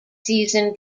season